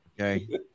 Okay